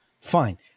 Fine